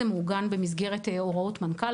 זה מעוגן במסגרת הוראות מנכ"ל,